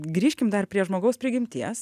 grįžkim dar prie žmogaus prigimties